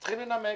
צריכים לנמק,